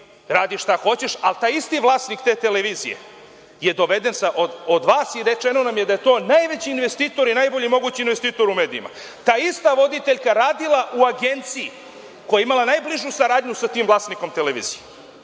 radi šta hoćeš, a taj isti vlasnik te televizije je doveden od vas i rečeno nam je da je to najveći investitor i najbolji mogući investitor u medijima. Ta ista voditeljka je radila u agenciji koja je imala najbližu saradnju sa tim vlasnikom televizije